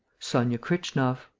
sonia kritchnoff.